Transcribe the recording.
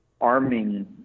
arming